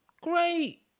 great